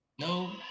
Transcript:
No